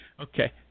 Okay